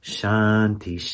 Shanti